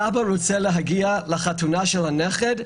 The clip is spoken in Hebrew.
סבא רוצה להגיע לחתונה של הנכד,